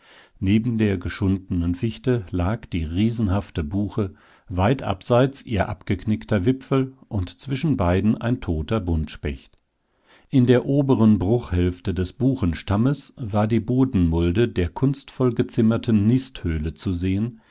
neben der geschundenen fichte lag die riesenhafte buche weit abseits ihr abgeknickter wipfel und zwischen beiden ein toter buntspecht in der oberen bruchhälfte des buchenstammes war die bodenmulde der kunstvoll gezimmerten nisthöhle zu sehen